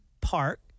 park